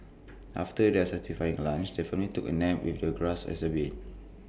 after their satisfying lunch the family took A nap with the grass as their bed